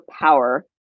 power